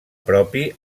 propi